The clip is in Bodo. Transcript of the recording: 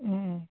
उम उम